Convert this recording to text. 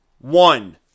One